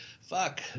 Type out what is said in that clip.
fuck